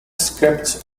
scripts